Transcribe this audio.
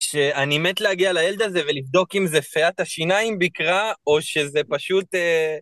שאני מת להגיע לילד הזה ולבדוק אם זה פיית השיניים ביקרה או שזה פשוט...